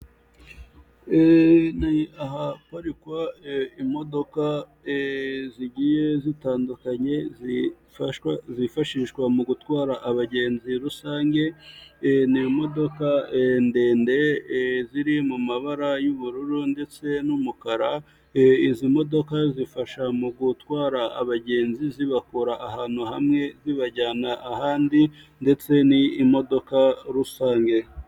Ahaparikwa imodoka zigiye zitandukanye zifashishwa mu gutwara abagenzi rusangene imodoka ndende ziri mu mabara y'ubururu ndetse n'umukara izo modoka zifasha mu gutwara abagenzi zibakura ahantu hamwe zibajyana ahandi ndetse ni imodoka rusange.